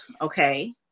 okay